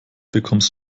bekommst